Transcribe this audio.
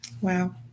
wow